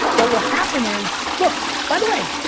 what will happen is, look by the way,